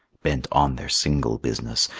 bent on their single business,